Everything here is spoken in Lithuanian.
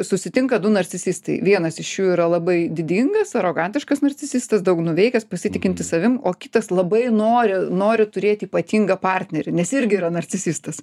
susitinka du narcisistai vienas iš jų yra labai didingas arogantiškas narcisistas daug nuveikęs pasitikintis savim o kitas labai nori nori turėt ypatingą partnerį nes irgi yra narcisistas